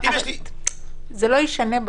זה לא ישנה.